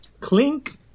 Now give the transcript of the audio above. Clink